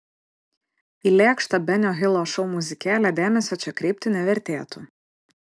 į lėkštą benio hilo šou muzikėlę dėmesio čia kreipti nevertėtų